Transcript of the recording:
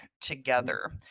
together